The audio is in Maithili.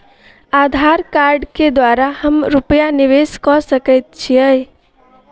आधार कार्ड केँ द्वारा हम रूपया निवेश कऽ सकैत छीयै?